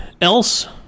else